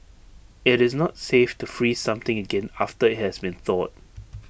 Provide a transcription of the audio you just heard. IT is not safe to freeze something again after IT has been thawed